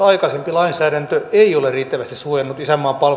lainsäädäntö ei ole riittävästi suojannut isänmaan